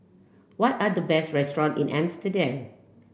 what are the best restaurant in Amsterdam